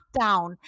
lockdown